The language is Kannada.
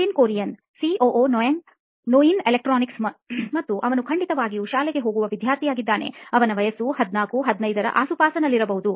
ನಿತಿನ್ ಕುರಿಯನ್ ಸಿಒಒ ನೋಯಿನ್ ಎಲೆಕ್ಟ್ರಾನಿಕ್ಸ್ಮತ್ತು ಅವನು ಖಂಡಿತವಾಗಿಯೂ ಶಾಲೆಗೆ ಹೋಗುವ ವಿದ್ಯಾರ್ಥಿಯಾಗಿದ್ದಾನೆ ಅವನ ವಯಸ್ಸು 14 15 ರ ಆಸುಪಾಸಿನಲ್ಲಿರಬಹುದು